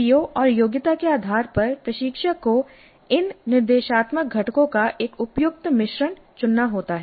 CO और योग्यता के आधार पर प्रशिक्षक को इन निर्देशात्मक घटकों का एक उपयुक्त मिश्रण चुनना होता है